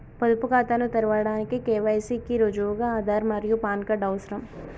పొదుపు ఖాతాను తెరవడానికి కే.వై.సి కి రుజువుగా ఆధార్ మరియు పాన్ కార్డ్ అవసరం